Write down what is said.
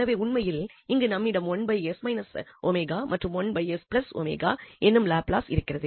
எனவே உண்மையில் இங்கு நம்மிடம் மற்றும் எனும் லாப்லஸ் இருக்கிறது